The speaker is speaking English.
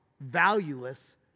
valueless